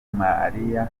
malaria